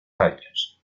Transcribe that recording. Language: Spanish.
años